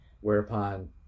whereupon